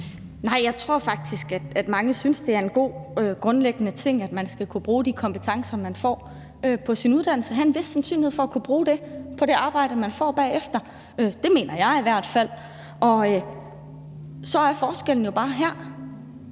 Nej, jeg tror faktisk, at mange synes, det er en god grundlæggende ting, at man skal kunne bruge de kompetencer, man får på sin uddannelse, altså have en vis sandsynlighed for at kunne bruge dem på det arbejde, man får bagefter. Det mener jeg i hvert fald. Og så er forskellen jo bare her,